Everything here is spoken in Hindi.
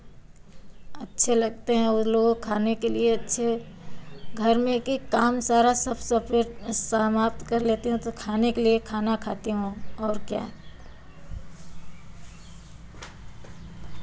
अच्छे लगते हैं वे लोगो खाने के लिए अच्छे घर में एक एक काम सारा सब सपेट समाप्त कर लेती हूँ तो खाने के लिए खाना खाती हूँ और क्या